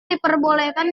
diperbolehkan